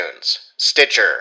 stitcher